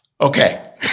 Okay